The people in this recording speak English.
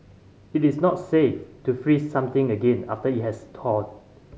it is not safe to freeze something again after it has thawed